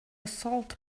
salt